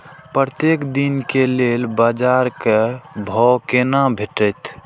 प्रत्येक दिन के लेल बाजार क भाव केना भेटैत?